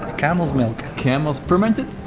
camel's milk. camel's? fermented?